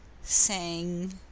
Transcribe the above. sang